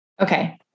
Okay